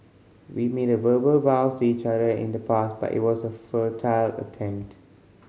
we made verbal vows to each other in the past but it was a futile attempt